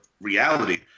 reality